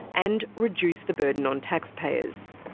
and reduce the burden on taxpayers.